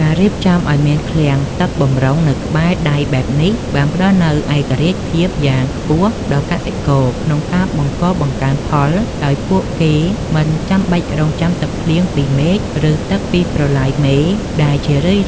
ការរៀបចំឱ្យមានឃ្លាំងទឹកបម្រុងនៅក្បែរដៃបែបនេះ បានផ្តល់នូវឯករាជ្យភាពយ៉ាងខ្ពស់ដល់កសិករក្នុងការបង្កបង្កើនផល ដោយពួកគេមិនចាំបាច់រង់ចាំទឹកភ្លៀងពីមេឃ ឬទឹកពីប្រឡាយមេដែលជារឿយៗ